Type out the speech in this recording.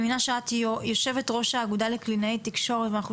אני מבינה שאת יושבת ראש האגודה לקלינאי תקשורת ואנחנו